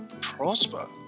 prosper